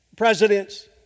presidents